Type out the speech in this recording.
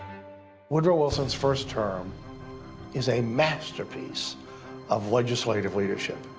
woodrow wilson's first term is a masterpiece of legislative leadership.